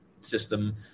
system